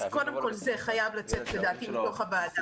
אז קודם כל זה חייב לצאת, לדעתי, מתוך הוועדה.